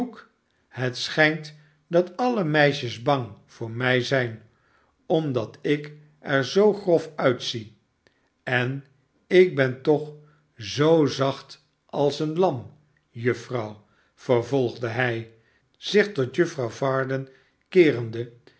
het schijnt dat alle meisjes bang voor mij zijn omdat ik er zoo grof uitzie en ik ben toch zoo zacht als een lam juffrouw vervolgde hij zich tot juffrouw varden keerende